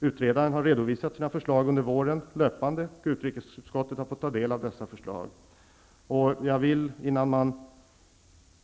Utredaren har under våren löpande redovisat sina förslag, och utrikesutskottet har fått ta del av dem.